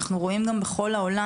אנחנו גם רואים בכל העולם,